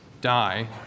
die